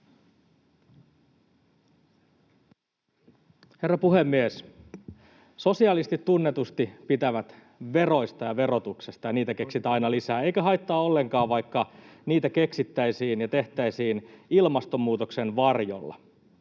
Herra puhemies! Sosialistit tunnetusti pitävät veroista ja verotuksesta, ja niitä keksitään aina lisää, eikä haittaa ollenkaan, vaikka niitä keksittäisiin ja tehtäisiin ilmastonmuutoksen varjolla.